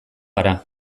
ara